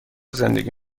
زندگی